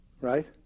right